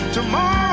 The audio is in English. Tomorrow